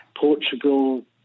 Portugal